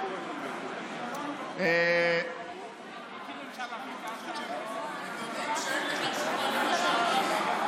אין לך תשובה על מה ששאלתי.